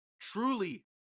truly